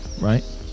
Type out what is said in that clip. Right